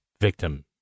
victim